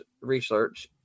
research